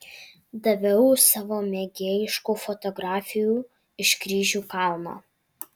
daviau savo mėgėjiškų fotografijų iš kryžių kalno